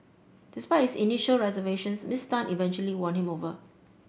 despite his initial reservations Miss Tan eventually won him over